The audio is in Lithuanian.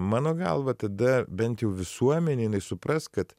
mano galva tada bent jau visuomenė supras kad